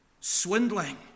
swindling